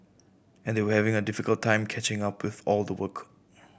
and they were having a difficult time catching up with all the work